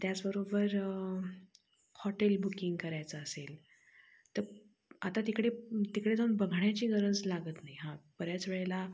त्याचबरोबर hotel booking करायचं असेल तर आता तिकडे तिकडे जाऊन बघण्याची गरज लागत नाही हां बऱ्याच वेळेला